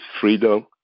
freedom